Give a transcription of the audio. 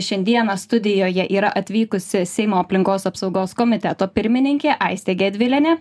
šiandieną studijoje yra atvykusi seimo aplinkos apsaugos komiteto pirmininkė aistė gedvilienė